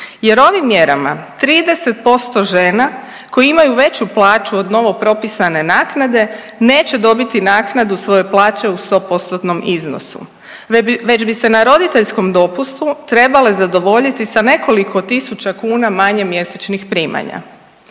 jer ovim mjerama 30% žena koje imaju veću plaću od novo propisane naknade neće dobiti naknadu svoje plaće u 100%-tnom iznosu već bi se na roditeljskom dopustu trebale zadovoljiti sa nekoliko tisuća kuna manje mjesečnih primanja.